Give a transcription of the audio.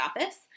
Office